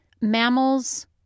mammals